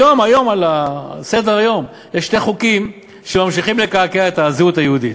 היום על סדר-היום יש שני חוקים שממשיכים לקעקע את הזהות היהודית.